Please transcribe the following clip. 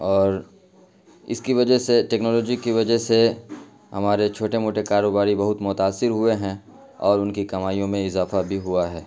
اور اس کی وجہ سے ٹیکنالوجی کی وجہ سے ہمارے چھوٹے موٹے کاروباری بہت متاثر ہوئے ہیں اور ان کی کمائیوں میں اضافہ بھی ہوا ہے